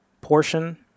portion